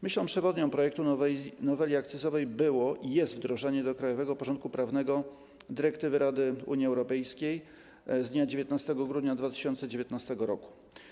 Myślą przewodnią projektu noweli akcyzowej było i jest wdrożenie do krajowego porządku prawnego dyrektywy Rady Unii Europejskiej z dnia 19 grudnia 2019 r.